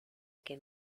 que